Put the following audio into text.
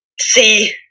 see